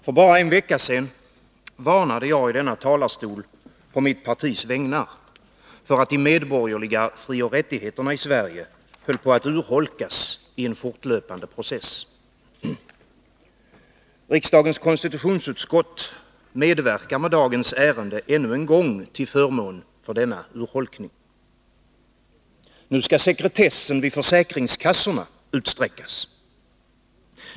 Herr talman! För bara en vecka sedan varnade jag i denna talarstol på mitt partis vägnar för att de medborgerliga frioch rättigheterna i Sverige höll på att urholkas i en fortlöpande process. Riksdagens konstitutionsutskott medverkar med dagens ärende ännu en gång till förmån för denna urholkning. Nu skall sekretessen vid försäkringskassorna utsträckas.